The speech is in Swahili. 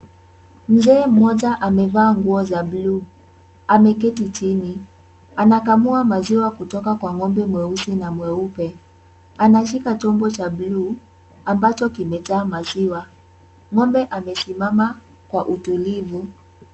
Mzee mmoja amevaa nguo za bluu ameketi chini. Anakamua maziwa kutoka kwa ng'ombe mweusi na mweupe. Anashika chombo cha bluu, ambacho kimejaa maziwa. Ng'ombe amesimama kwa utulivu.